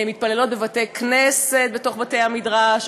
מתפללות בבתי-כנסת בתוך בתי-המדרש,